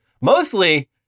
mostly